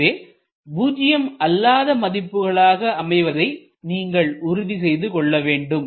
எனவே பூஜ்ஜியம் அல்லாத மதிப்புகளாக அமைவதை நீங்கள் உறுதி செய்து கொள்ள வேண்டும்